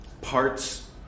Parts